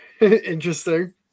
interesting